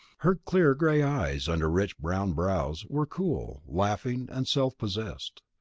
her clear gray eyes, under rich brown brows, were cool, laughing, and self-possessed.